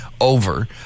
over